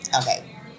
okay